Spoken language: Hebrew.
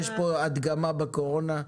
יש פה הדגמה בקורונה,